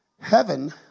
Heaven